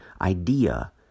idea